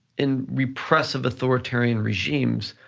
in repressive authoritarian regimes,